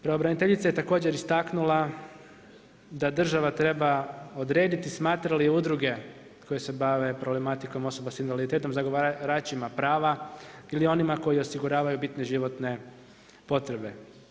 Pravobraniteljica je također istaknula da država treba odrediti smatra li udruge koje se bave problematikom osoba sa invaliditetom zagovaračima prava ili onima koji osiguravaju bitne životne potrebe.